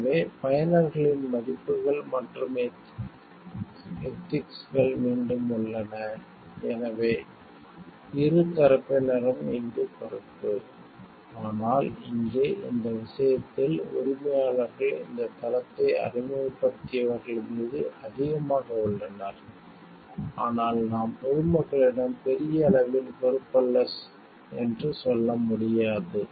எனவே பயனர்களின் மதிப்புகள் மற்றும் எதிக்ஸ்கள் மீண்டும் உள்ளன எனவே இரு தரப்பினரும் இங்கு பொறுப்பு ஆனால் இங்கே இந்த விஷயத்தில் உரிமையாளர்கள் இந்த தளத்தை அறிமுகப்படுத்தியவர்கள் மீது அதிகமாக உள்ளனர் ஆனால் நாம் பொதுமக்களிடம் பெரிய அளவில் பொறுப்பல்ல சொல்ல முடியாது